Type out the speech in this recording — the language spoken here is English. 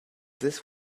this